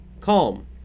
calm